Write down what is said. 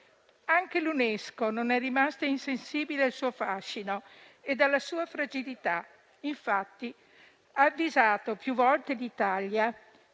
Anche l'UNESCO non è rimasta insensibile al suo fascino e alla sua fragilità, infatti ha avvisato più volte d'Italia,